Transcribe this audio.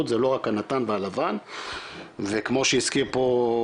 זה לא רק הנט"ן והלבן וכמו שהזכיר פה,